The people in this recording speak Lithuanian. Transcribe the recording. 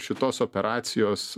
šitos operacijos